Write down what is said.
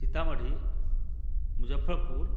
Sitamarhi Muzaffarpur